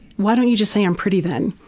why don't you just say i'm pretty then?